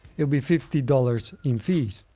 it will be fifty dollars in fees.